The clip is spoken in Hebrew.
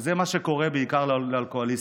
וזה מה שקורה בעיקר לאלכוהוליסטים,